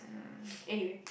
anyway